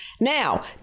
Now